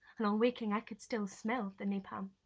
and on waking i could still smell the napalm.